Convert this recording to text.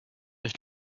ich